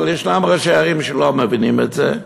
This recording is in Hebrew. אבל ישנם ראשי ערים שלא מבינים את זה,